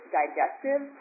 digestive